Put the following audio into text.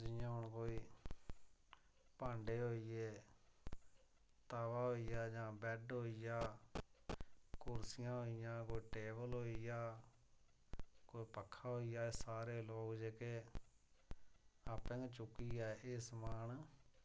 जियां हून कोई भांडे होई गे तवा होई गेआ जां बैड होई गेआ कुर्सियां होई गेइयां कोई टेबल होई गेआ कोई पक्खा होई गेआ सारे लोक जेह्के आपें गै चुक्कियै एह् समान